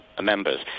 members